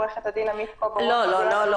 עורכת הדין עמית קובו-רום --- לא לא,